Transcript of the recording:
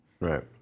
Right